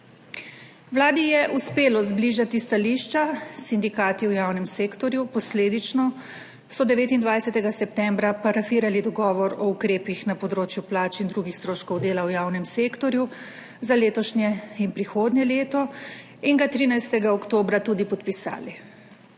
Vladi je uspelo zbližati stališča s sindikati v javnem sektorju. Posledično so 29. septembra parafirali dogovor o ukrepih na področju plač in drugih stroškov dela v javnem sektorju za letošnje in prihodnje leto in ga 13. oktobra tudi podpisali.